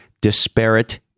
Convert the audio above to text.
disparate